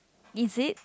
is it